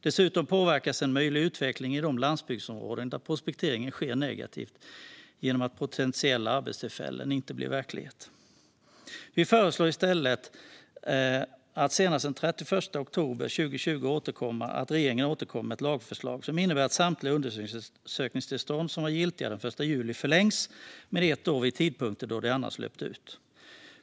Dessutom påverkas en möjlig utveckling i de landsbygdsområden där prospektering sker negativt genom att potentiella arbetstillfällen inte blir verklighet. Vi föreslår i stället att regeringen senast den 31 oktober 2020 ska återkomma med ett lagförslag som innebär att samtliga undersökningstillstånd som var giltiga den 1 juli förlängs med ett år vid tidpunkten då de annars löper ut.